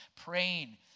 praying